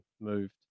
moved